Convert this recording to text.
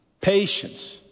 patience